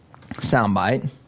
soundbite